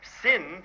Sin